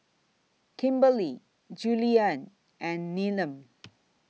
Kimberely Julianne and Needham